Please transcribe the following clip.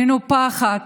מנופחת,